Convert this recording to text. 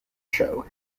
show